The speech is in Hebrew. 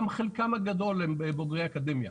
גם חלקם הגדול הם בוגרי אקדמיה.